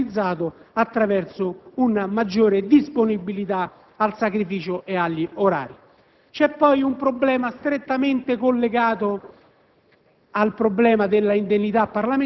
di produttività, che pure è stato realizzato attraverso una maggiore disponibilità al sacrificio e agli orari. C'è poi un problema strettamente collegato